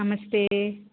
नमस्ते